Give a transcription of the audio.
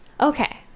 Okay